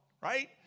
Right